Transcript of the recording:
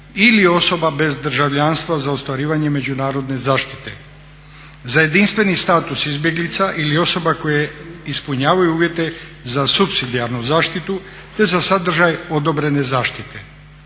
ili osoba bez državljanstva za ostvarivanje međunarodne zaštite, za jedinstveni status izbjeglica ili osoba koje ispunjavaju uvjete za supsidijarnu zaštitu te za sadržaj odobrene zaštite.